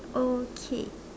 okay